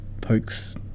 Pokes